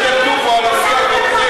אתם לא תשתלטו פה על השיח בכנסת.